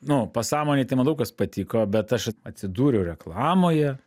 nu pasąmonėj tai man daug kas patiko bet aš atsidūriau reklamoje